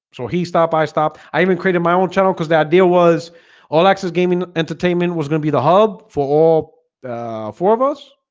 so he stopped i stopped i even created my own channel because the idea was all access gaming entertainment was gonna be the hub for all four of us,